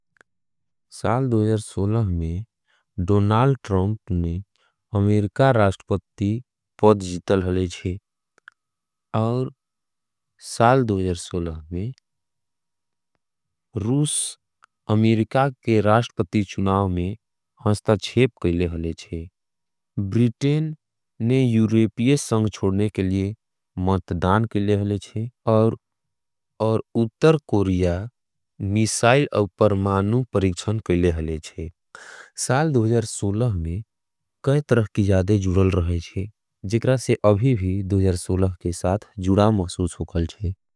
साल में Donald Trump में अमेरिका राश्टपत्ती पद जीतल होले छे और साल में रूस, अमेरिका के राश्टपत्ती चुनाओं में हंस्ता छेब केले होले छे ब्रिटेन ने यूरेपियस संग्चोडने के लिए महत्तदान केले होले छे और उत्तर कोरिया मिसाईल अवपर मानू परिक्षन केले होले छे साल में कई तरह की जादे जुरल रहे छे जिकरा से अभी भी के साथ जुडा महसूस होगल छे।